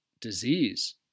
disease